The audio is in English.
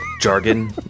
jargon